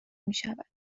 میشود